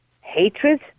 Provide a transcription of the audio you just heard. hatred